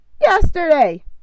yesterday